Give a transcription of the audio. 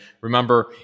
Remember